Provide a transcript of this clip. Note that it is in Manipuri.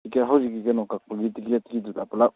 ꯇꯤꯛꯀꯦꯠ ꯍꯧꯖꯤꯛꯀꯤ ꯀꯩꯅꯣ ꯀꯛꯄꯒꯤ ꯇꯤꯛꯀꯦꯠꯀꯤꯗꯨꯗ ꯄꯨꯂꯞ